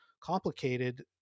complicated